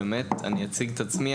אני אציג את עצמי.